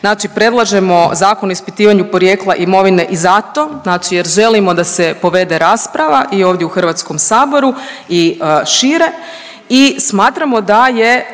Znači predlažemo Zakon o ispitivanju porijekla imovine i zato znači jer želimo da se povede rasprava i ovdje u Hrvatskom saboru i šire i smatramo da je